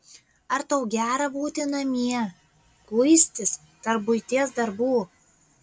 ar tau gera būti namie kuistis tarp buities darbų